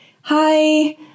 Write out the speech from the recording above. hi